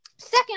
Second